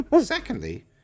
Secondly